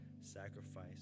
sacrifice